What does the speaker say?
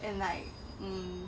and like hmm